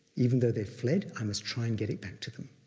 even though they fled, i must try and get it back to them.